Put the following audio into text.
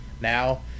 now